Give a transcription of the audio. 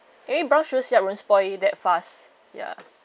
maybe brown sugar syrup won't spoil that fast ya